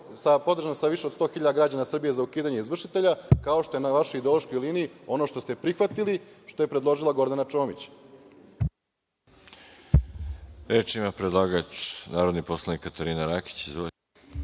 sa više od 100.000 građana za ukidanje izvršitelja, kao što je na vašoj ideološkoj liniji ono što ste prihvatili, što je predložila Gordana Čomić. **Veroljub Arsić** Reč ima predlagač, narodni poslanik Katarina